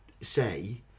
say